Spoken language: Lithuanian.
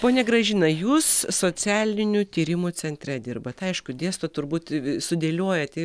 ponia gražina jūs socialinių tyrimų centre dirbat aišku dėstot turbūt sudėliojat